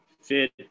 fit